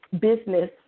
business